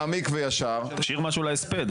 מעמיק וישר --- תשאיר משהו להספד,